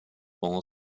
more